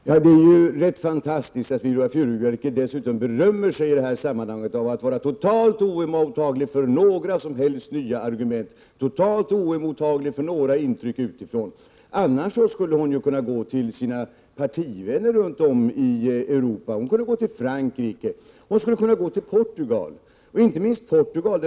Herr talman! Det är rätt fantastiskt att Viola Furubjelke i det här sammanhanget berömmer sig av att vara totalt oemottaglig för nya argument, totalt oemottaglig för intryck utifrån. Annars skulle hon kunna finna en annan inställning hos sina partivänner runt om i Europa —t.ex. i Frankrike eller Portugal.